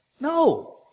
No